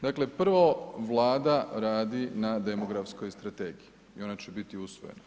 Dakle prvo Vlada radi na demografskoj strategiji i ona će biti usvojena.